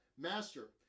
Master